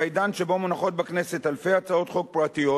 בעידן שבו מונחות בכנסת אלפי הצעות חוק פרטיות,